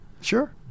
Sure